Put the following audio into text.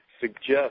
suggest